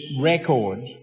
record